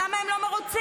למה הם לא מרוצים?